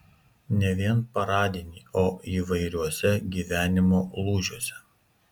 ne vien paradinį o įvairiuose gyvenimo lūžiuose